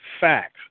facts